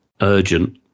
urgent